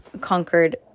Conquered